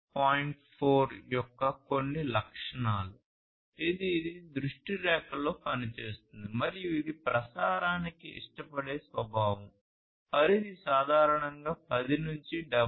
4 యొక్క కొన్ని లక్షణాలు ఇది దృష్టి రేఖలో కలిగి ఉంటే మరియు 802